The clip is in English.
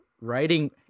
writing